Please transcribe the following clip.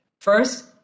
First